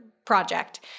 project